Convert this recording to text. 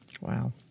Wow